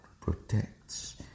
protects